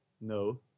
No